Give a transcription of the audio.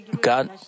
God